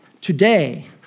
today